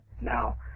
now